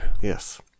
Yes